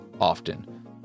often